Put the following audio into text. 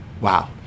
wow